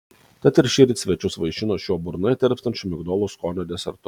tad ir šįryt svečius vaišino šiuo burnoje tirpstančiu migdolų skonio desertu